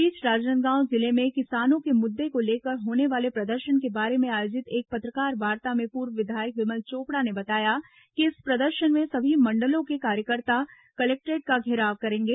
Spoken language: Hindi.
इस बीच राजनांदगांव जिले में किसानों के मुद्दे को लेकर होने वाले प्रदर्शन के बारे में आयोजित एक पत्रकारवार्ता में पूर्व विधायक विमल चोपड़ा ने बताया कि इस प्रदर्शन में सभी मंडलों के कार्यकर्ता कलेक्टोरेट का घेराव करेंगे